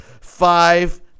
five